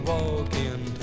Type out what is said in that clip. Walking